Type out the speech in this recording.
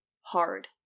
Hard